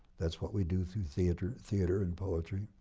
that's what we do through theater theater and poetry.